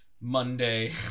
monday